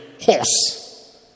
horse